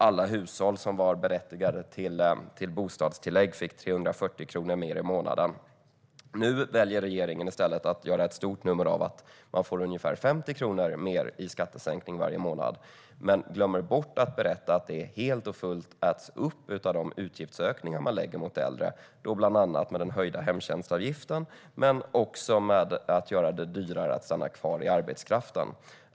Alla hushåll som var berättigade till bostadstillägg fick 340 kronor mer i månaden. Nu väljer regeringen att göra ett stort nummer av att pensionärerna får ungefär 50 kronor mer i skattesänkning varje månad. Man glömmer dock bort att berätta att det äts upp helt av de utgiftsökningar man lägger på de äldre, bland annat genom den höjda hemtjänstavgiften och genom att göra det dyrare att stanna kvar i arbetskraften.